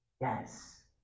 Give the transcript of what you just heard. yes